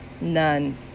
none